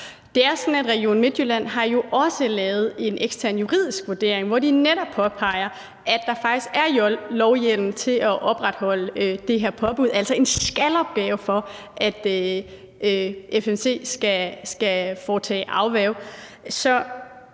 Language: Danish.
Region Midtjylland jo også har lavet en ekstern juridisk vurdering, hvor de netop påpeger, at der faktisk er lovhjemmel til at opretholde det her påbud, altså en »skal«-opgave for FMC med hensyn til